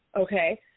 Okay